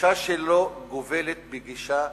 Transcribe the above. הדרישה שלו גובלת בגישה נאצית,